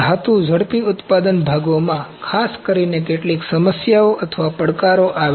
ધાતુ ઝડપી ઉત્પાદન ભાગોમાં ખાસ કરીને કેટલીક સમસ્યાઓ અથવા પડકારો આવે છે